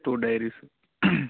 two diaries